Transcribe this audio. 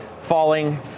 falling